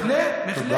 בהחלט, בהחלט, בהחלט.